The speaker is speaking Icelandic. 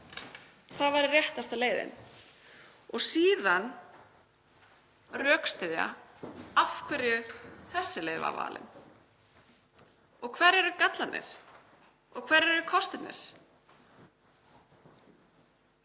Það væri réttasta leiðin. Og síðan rökstyðja af hverju þessi leið var valin og hverjir eru gallarnir og hverjir eru kostirnir